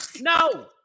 No